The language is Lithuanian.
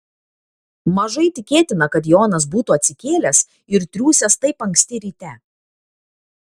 mažai tikėtina kad jonas būtų atsikėlęs ir triūsęs taip anksti ryte